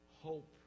hope